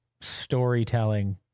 Storytelling